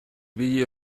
ibili